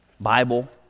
Bible